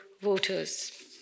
voters